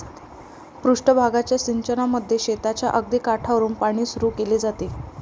पृष्ठ भागाच्या सिंचनामध्ये शेताच्या अगदी काठावरुन पाणी सुरू केले जाते